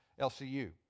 LCU